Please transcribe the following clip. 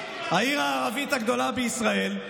העיר הערבית הגדולה בישראל,